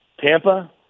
Tampa